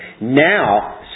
Now